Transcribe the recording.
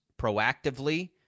proactively